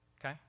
Okay